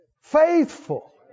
faithful